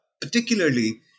particularly